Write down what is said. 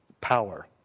power